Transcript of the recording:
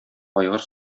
айгыр